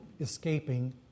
escaping